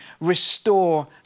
restore